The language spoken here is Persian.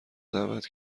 دعوت